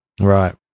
Right